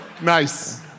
Nice